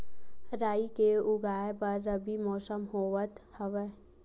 राई के उगाए बर रबी मौसम होवत हवय?